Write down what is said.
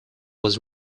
was